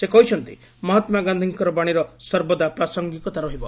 ସେ କହିଛନ୍ତି ମହାତ୍ମା ଗାନ୍ଧିଙ୍କର ବାଣୀର ସର୍ବଦା ପ୍ରାସଙ୍ଗିକତା ରହିବ